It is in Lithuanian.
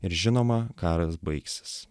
ir žinoma karas baigsis